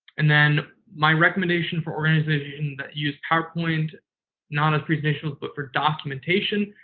and then my recommendation for organizations that use powerpoint not as presentations but for documentation.